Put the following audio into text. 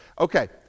Okay